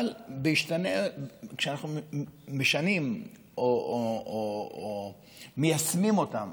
אבל כשאנחנו משנים או מיישמים אותם,